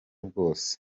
bwose